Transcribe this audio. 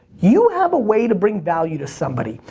you have a way to bring value to somebody.